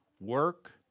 Work